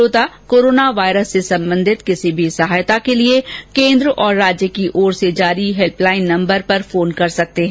श्रोता coronavirus से संबंधित किसी भी सहायता के लिए केन्द्र और राज्य की ओर से जारी हेल्प लाइन नम्बर पर फोन कर सकते हैं